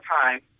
time